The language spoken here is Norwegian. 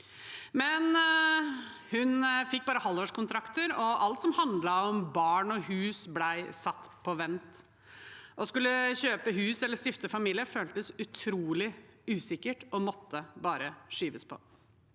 Men hun fikk bare halvårskontrakter, og alt som handlet om barn og hus, ble satt på vent. Å skulle kjøpe hus eller stifte familie føltes utrolig usikkert og måtte bare skyves på.